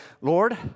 Lord